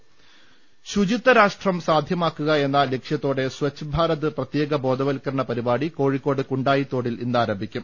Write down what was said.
്്്്് ശുചിത്വരാഷ്ട്രം യാഥാർത്ഥ്യമാക്കുക എന്ന ലക്ഷ്യത്തോടെ സ്വച്ഛ് ഭാരത് പ്രത്യേക ബോധവൽക്കരണ പരിപാടി കോഴിക്കോട് കുണ്ടായിത്തോടിൽ ഇന്നാ രംഭിക്കും